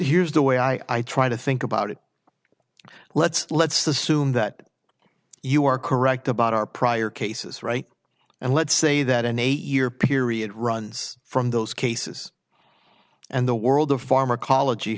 here's the way i try to think about it let's let's assume that you are correct about our prior cases right and let's say that an eight year period runs from those cases and the world of pharmacology